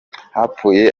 hapfuye